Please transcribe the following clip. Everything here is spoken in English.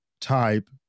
type